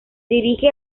dirige